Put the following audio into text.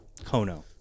Kono